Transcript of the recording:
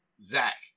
zach